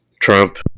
Trump